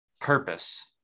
purpose